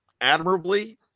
admirably